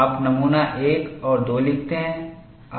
आप नमूना 1 और 2 लिखते हैं